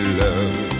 love